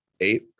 eight